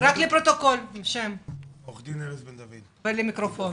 סמכויות